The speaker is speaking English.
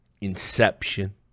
Inception